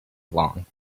along